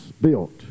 built